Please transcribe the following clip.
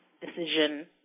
decision